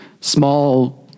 small